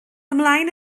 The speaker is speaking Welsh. ymlaen